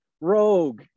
rogue